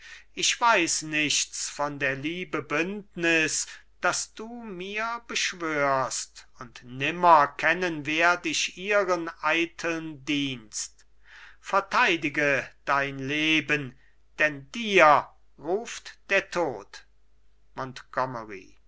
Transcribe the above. ich weiß nichts von der liebe bündnis das du mir beschwörst und nimmer kennen werd ich ihren eiteln dienst verteidige dein leben denn dir ruft der tod